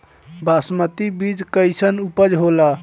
बासमती बीज कईसन उपज होला?